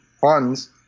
funds